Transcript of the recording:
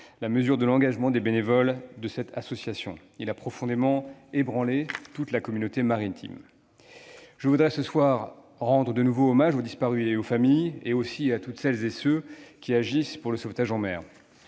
la mesure de l'engagement des bénévoles de cette association. Il a profondément ébranlé toute la communauté maritime. Ce soir, je rends de nouveau hommage aux disparus, à leurs familles, à toutes celles et tous ceux qui agissent pour le sauvetage en mer.